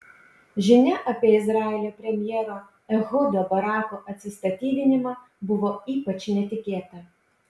žinia apie izraelio premjero ehudo barako atsistatydinimą buvo ypač netikėta